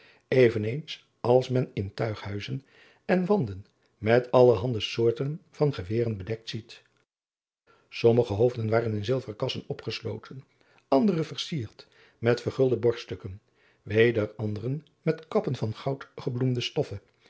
als men in tuighuizen de wanden met allerhande soorten van geweren bedekt ziet ommige hoofden waren in zilveren kassen opgesloten andere verfierd met vergulde borststukken weder an driaan oosjes zn et leven van aurits ijnslager deren met kappen van goud gebloemde stoffe